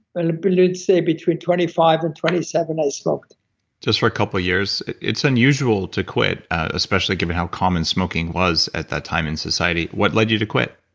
ah but let's say between twenty five and twenty seven i smoked just for a couple years. it's unusual to quit, especially given how common smoking was at that time in society. what led you to quit?